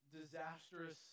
disastrous